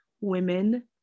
women